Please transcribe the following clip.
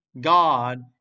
God